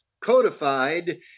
codified